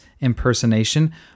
impersonation